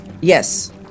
Yes